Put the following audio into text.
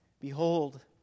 Behold